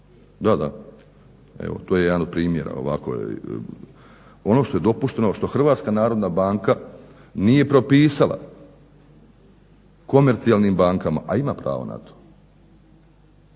50 kuna. To je jedan od primjera ovako ono što je dopušteno, što HNB nije propisala komercijalnim bankama, a ima pravo na to